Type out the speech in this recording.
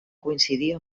coincidir